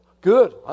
Good